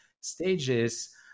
stages